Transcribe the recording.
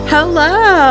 Hello